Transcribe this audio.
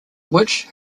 witch